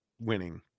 winning